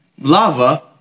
Lava